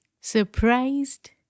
surprised